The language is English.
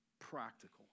practical